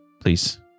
please